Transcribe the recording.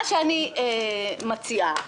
אני מציעה,